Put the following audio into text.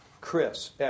Chris